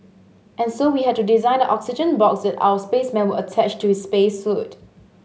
and so we had to design the oxygen box that our spaceman would attach to his space suit